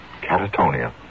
Catatonia